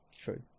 True